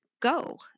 go